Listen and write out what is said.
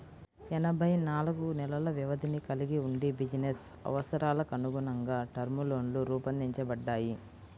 ఎనభై నాలుగు నెలల వ్యవధిని కలిగి వుండి బిజినెస్ అవసరాలకనుగుణంగా టర్మ్ లోన్లు రూపొందించబడ్డాయి